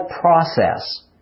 process